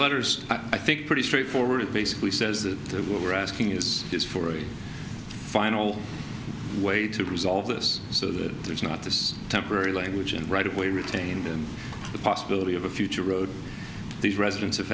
letters i think pretty straightforward it basically says that what we're asking is is for a final way to resolve this so that there's not this temporary language and right away retain the possibility of a future road these residents